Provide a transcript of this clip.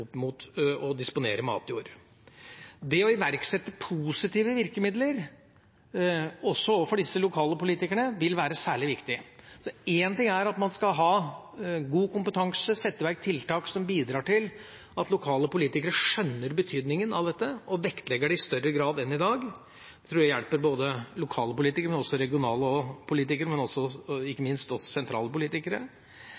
matjord. Det å iverksette positive virkemidler, også overfor disse lokale politikerne, vil være særlig viktig. Én ting er at man skal ha god kompetanse og sette i verk tiltak som bidrar til at lokale politikere skjønner betydninga av dette, og vektlegger det i større grad enn i dag – det tror jeg hjelper lokale politikere, men også regionale politikere og ikke minst sentrale politikere. Men